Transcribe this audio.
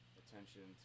attention